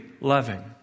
loving